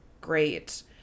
great